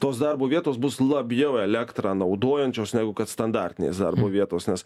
tos darbo vietos bus labijau elektrą naudojančios negu kad standartinės darbo vietos nes